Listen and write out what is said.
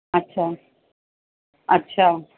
ਅੱਛਾ ਅੱਛਾ